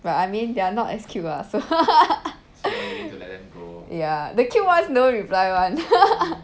but I mean they're are not as cute lah so ya the cute ones never reply [one]